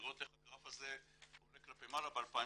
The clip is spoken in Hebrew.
לראות איך הגרף הזה עולה כלפי מעלה ב-2019